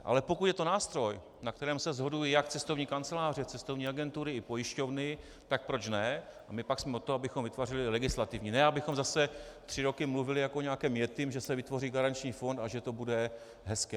Ale pokud je to nástroj, na kterém se shodují jak cestovní kanceláře, cestovní agentury i pojišťovny, tak proč ne, a my pak jsme od toho, abychom vytvářeli legislativně, ne abychom zase tři roky mluvili jako o nějakém yettim, že se vytvoří garanční fond a že to bude hezké.